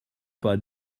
pas